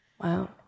Wow